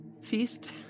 Feast